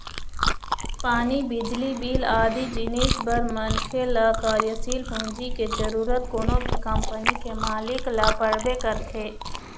पानी, बिजली बिल आदि जिनिस बर मनखे ल कार्यसील पूंजी के जरुरत कोनो भी कंपनी के मालिक ल पड़बे करथे